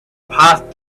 passed